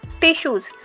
tissues